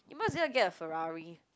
you might as well get a Ferrari